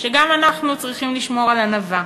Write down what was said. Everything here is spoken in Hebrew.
שגם אנחנו צריכים לשמור על ענווה.